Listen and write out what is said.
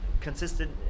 consistent